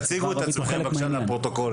תציגו את עצמכם לפרוטוקול.